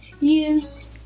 use